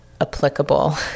applicable